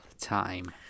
time